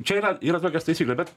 čia yra yra tokios taisyklė bet